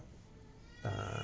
uh